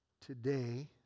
today